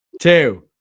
two